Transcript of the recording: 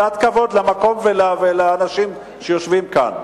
קצת כבוד למקום ולאנשים שיושבים כאן.